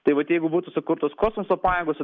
tai vat jeigu būtų sukurtos kosmoso pajėgos